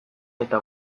eta